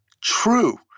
true